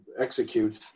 execute